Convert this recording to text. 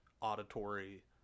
auditory